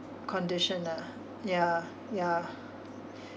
condition lah ya ya